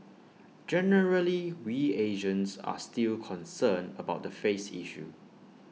generally we Asians are still concerned about the face issue